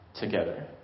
together